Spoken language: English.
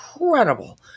incredible